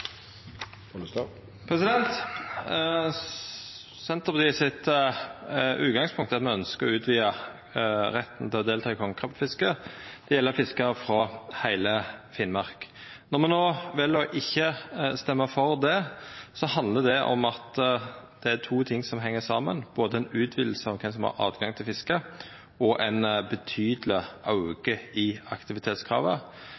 at me ønskjer å utvida retten til å delta i kongekrabbefiske. Det gjeld fiskarar frå heile Finnmark. Når me no vel ikkje å stemma for det, handlar det om at det er to ting som heng saman, både ei utviding av kven som har tilgang til fisket, og ein betydeleg